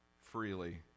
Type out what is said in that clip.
freely